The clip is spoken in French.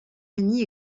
amis